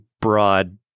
broad